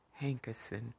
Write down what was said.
Hankerson